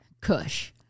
Kush